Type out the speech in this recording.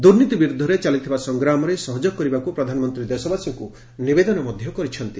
ଦୁର୍ନୀତି ବିରୁଦ୍ଧରେ ଚାଲିଥିବା ସଂଗ୍ରାମରେ ସହଯୋଗ କରିବାକୁ ପ୍ରଧାନମନ୍ତ୍ରୀ ଦେଶବାସୀଙ୍କୁ ନିବେଦନ କରି ଛନ୍ତି